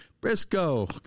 Briscoe